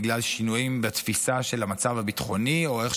בגלל שינויים בתפיסה של המצב הביטחוני או איך